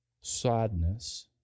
sadness